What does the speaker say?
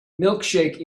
milkshake